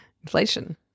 Inflation